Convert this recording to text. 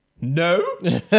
No